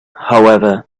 however